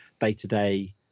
day-to-day